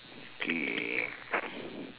okay